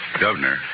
Governor